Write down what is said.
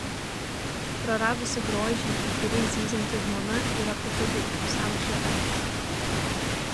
praradusi grožį įkyriai zyzianti žmona yra patogi kaip senos šlepetės